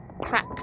crack